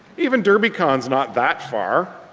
even derbycon is not that far.